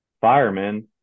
firemen